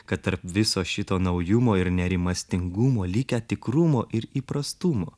kad tarp viso šito naujumo ir nerimastingumo likę tikrumo ir įprastumo